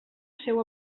seu